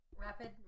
Rapid